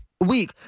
Week